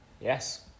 Yes